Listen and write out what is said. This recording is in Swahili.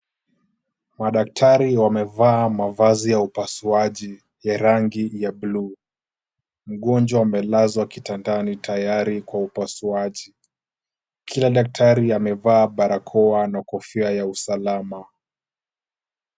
Madaktari wamevaa mavazi ya upasuaji ya rangi ya blue . Mgonjwa amelazwa kitandani tayari kwa upasuaji. Kila daktari amevaa barakoa na kofia ya usalama.